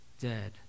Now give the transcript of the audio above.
dead